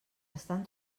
estan